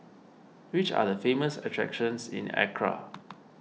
which are the famous attractions in Accra